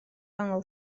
ongl